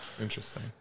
interesting